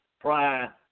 prior